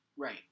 Right